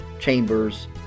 Chambers